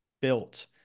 built